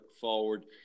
forward